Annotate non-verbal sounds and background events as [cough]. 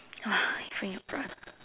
[breath]